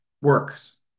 works